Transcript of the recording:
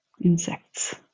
insects